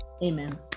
Amen